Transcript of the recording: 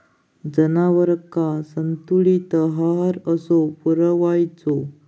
जनावरांका संतुलित आहार कसो पुरवायचो?